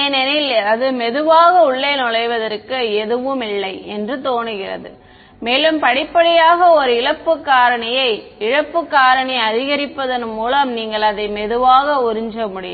ஏனெனில் அது மெதுவாக உள்ளே நுழைவதற்கு எதுவும் இல்லை என்று தோன்றுகிறது மேலும் படிப்படியாக ஒரு இழப்பு காரணியை இழப்பு காரணி அதிகரிப்பதன் மூலம் நீங்கள் அதை மெதுவாக உறிஞ்ச முடியும்